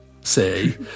say